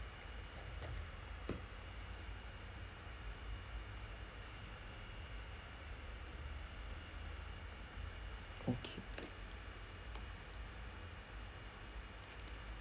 okay